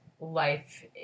life